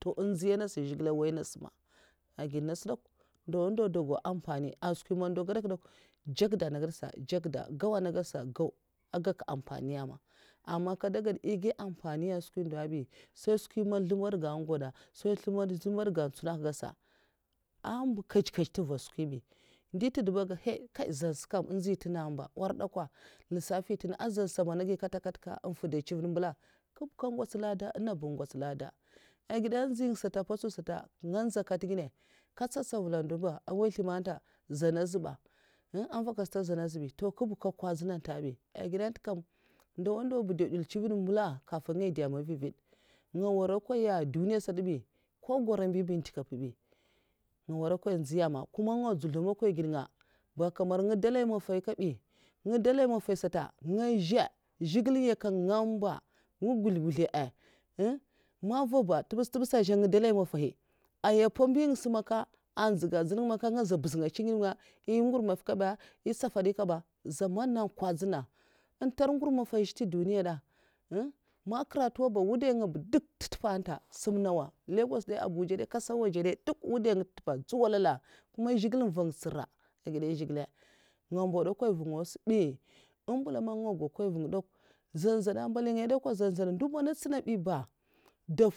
nzyi nasa zhigilè nwoya nasa ma agèda nasa dèkw ndawa ndawa ndè ngwo ampani skwi man ndo gadakh ndè kwa ndjèkda nagèdsa ndjèkda gwowa nagadsa ngwaw nasa èhgèk ampaniiya ma aman nkè ngad èhgyi ampani an skwi ndo bi nsèi nskwi man ngèd ga ngwoda ngèdsa amba nkèjh nkèjh ntèva nskwi bi ndi ntèba sa ntègèdka nhèy zan nsa nhzyi ntènga nmba nwardèkwa lisafi ntènga mba nzansa ndèkwa managyi nkèta nkèta nfuda ncivèd mbalah nkib nga nkots lada nènga ba ngots lada ègada nzyi ngsata mpwotsun sata nga nzyè nkèt nginè nkè ncèh ntsavèl ndo ba ngozlèma ntè zanazhba nvakwa nstad ntè nzana zhèbi nkwa nkwadzina ntè bi ègidè ntèkam ndowa ndowa ba do ndèln ncivèd na mbulaa nkafinngwo dè vavadh nga nworokwayan nduniya sata bi mkwo mgwarambi ba mdèka nènga bi nga nworonkwaya nzyiya nma ndzuzlungkwoi ngèdnga ba nkamarngo ndèlai mafai kabi ngè dèlai mafasata ngèza nzhigilè n' nyèknga mba nguzl nguzla aah ah man mva ba ntwubèsh ntwubèsh sha nzsya nga ndèlai mafai nyè pambi ngasa maka nzihga ndzènngamaka ngèzhè mbuzhnga ncivèd ngèda maka nyi mngur mafa nkaba nyi ntsakadinma nzaman ntè nèt ankwandzèna èhn ntèranga ngur mafa azh ntè duniya dèh? Hunnn man karatwa ba nwudanunga ncèb ntèzha ntèpa sinm nhawa mn lagosdè abuja ndè kasar wajè dèy? Duk mwudaunga ntèpa ntsuwadada nkum zhègila nvngè ntsira agida zhigilè ngo mbadakwai mvunga sa bi mvèla mna nga nwoya nkwaoi nvang ndèkw nzèn mzèn sa dèkwa mbali ngaya dèkwa nzèn zmèn ndo mnan ntsina biba